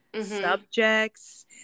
subjects